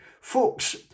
Folks